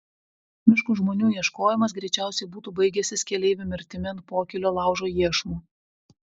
miško žmonių ieškojimas greičiausiai būtų baigęsis keleivių mirtimi ant pokylio laužo iešmų